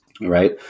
right